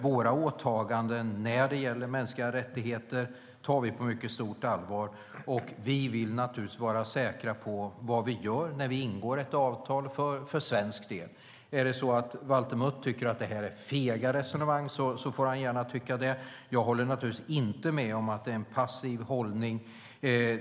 Våra åtaganden när det gäller mänskliga rättigheter tar vi på mycket stort allvar, och vi vill naturligtvis vara säkra på vad vi gör när vi ingår ett avtal för svensk del. Om Valter Mutt tycker att detta är fega resonemang får han gärna tycka det. Jag håller naturligtvis inte med om att det är en passiv hållning.